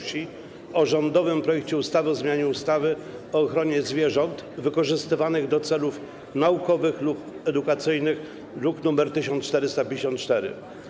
Wsi o rządowym projekcie ustawy o zmianie ustawy o ochronie zwierząt wykorzystywanych do celów naukowych lub edukacyjnych, druk nr 1454.